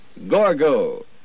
Gorgo